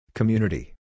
Community